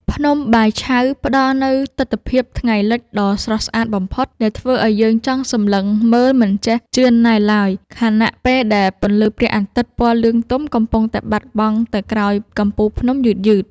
ភ្នំបាយឆៅ ផ្តល់នូវទិដ្ឋភាពថ្ងៃលិចដ៏ស្រស់ស្អាតបំផុតដែលធ្វើឱ្យយើងចង់សម្លឹងមើលមិនចេះជឿនណាយឡើយ ខណៈពេលដែលពន្លឺព្រះអាទិត្យពណ៌លឿងទុំកំពុងតែបាត់បង់ទៅក្រោយកំពូលភ្នំយឺតៗ។